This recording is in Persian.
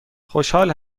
خوشحال